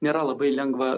nėra labai lengva